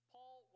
Paul